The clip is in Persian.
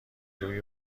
روی